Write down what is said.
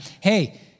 hey